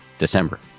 December